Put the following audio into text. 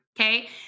Okay